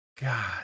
God